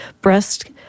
breast